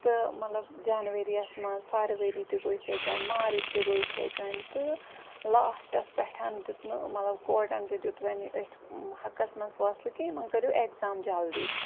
تہٕ مطلب جَنؤری یَس منٛز فَرؤری تہِ گوٚو یِتھٕے کٔنۍ مارٕچ تہِ گوٚو یِتھٕے کٔنۍ تہٕ لاسٹَس پٮ۪ٹھ دیُت نہٕ مطلب کوٹَن تہِ دیُت وَنہِ أتھۍ حقَس منٛز فٲصلہِ کہِ یِمَن کٔرِو اٮ۪کزام جلدی